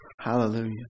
Hallelujah